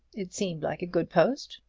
it seemed like a good post.